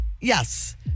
Yes